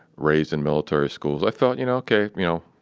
raised in military schools, i thought, you know, ok. you know.